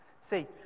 see